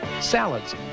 Salads